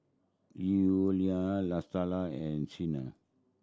Eulalie Latasha and Siena